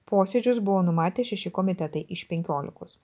posėdžius buvo numatę šeši komitetai iš penkiolikos